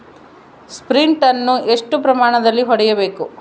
Sprint ಅನ್ನು ಎಷ್ಟು ಪ್ರಮಾಣದಲ್ಲಿ ಹೊಡೆಯಬೇಕು?